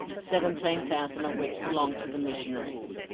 seventeen thousand of which belonged to the missionaries.